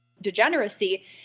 degeneracy